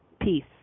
peace